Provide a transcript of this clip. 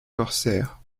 corsaires